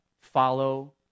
follow